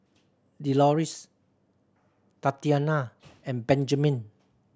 Delores Tatianna and Benjamine